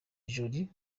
jolie